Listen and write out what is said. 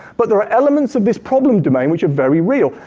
but there are elements of this problem domain which are very real.